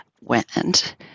went